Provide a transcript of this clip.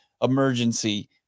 emergency